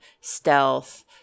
stealth